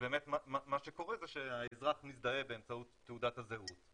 ובאמת מה שקורה זה שהאזרח מזדהה באמצעות תעודת הזהות,